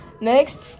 Next